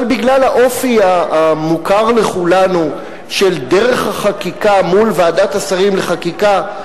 אבל בגלל האופי המוכר לכולנו של דרך החקיקה מול ועדת השרים לחקיקה,